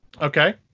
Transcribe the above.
Okay